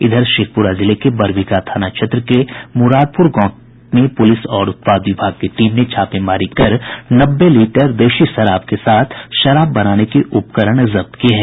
इधर शेखपुरा जिले के बरबीघा थाना क्षेत्र के मुरारपुर गांव में पुलिस और उत्पाद विभाग की टीम ने छापेमारी कर नब्बे लीटर देशी शराब के साथ शराब बनाने के उपकरण जब्त किये हैं